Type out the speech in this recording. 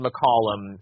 McCollum